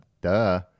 Duh